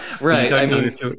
Right